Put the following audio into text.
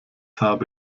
habe